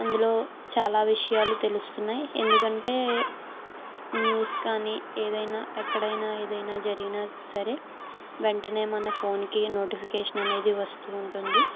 అందులో చాలా విషయాలు తెలుస్తున్నాయి ఎందుకంటే న్యూస్ కానీ ఏదైనా ఎక్కడైనా ఏదైనా జరిగినా సరే వెంటనే మన ఫోన్కి నోటిఫికేషన్ అనేది వస్తూ ఉంటుంది